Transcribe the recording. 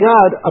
God